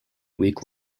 week